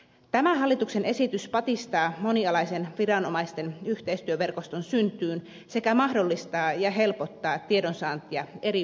tämä hallituksen esitys patistaa monialaisen viranomaisten yhteistyöverkoston synnyttämiseen sekä mahdollistaa ja helpottaa tiedonsaantia eri viranomaisten välillä